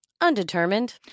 undetermined